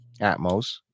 Atmos